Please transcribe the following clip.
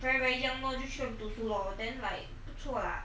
very very young lor 就去那边读书 lor then like 不错 lah